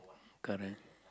correct